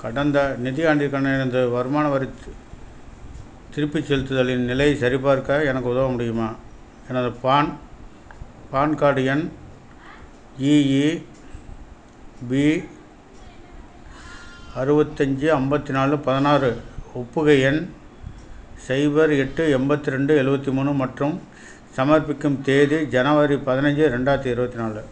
கடந்த நிதியாண்டிற்கான எனது வருமான வரி சு திருப்பிச் செலுத்துதலின் நிலையைச் சரிபார்க்க எனக்கு உதவ முடியுமா எனது பான் பான் கார்டு எண் இஇபி அறுபத்தஞ்சி ஐம்பத்தி நாலு பதினாறு ஒப்புகை எண் சைபர் எட்டு எண்பத்து ரெண்டு எழுவத்தி மூணு மற்றும் சமர்ப்பிக்கும் தேதி ஜனவரி பதினஞ்சி ரெண்டாயிரத்தி இருபத்து நாலு